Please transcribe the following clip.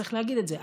צריך להגיד את זה,